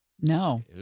No